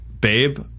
Babe